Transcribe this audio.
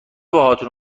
باهاتون